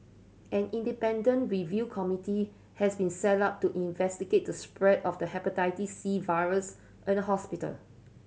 an independent review committee has been set up to investigate the spread of the Hepatitis C virus in the hospital